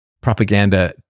propaganda